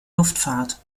luftfahrt